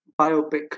biopic